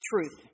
truth